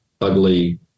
ugly